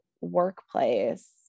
workplace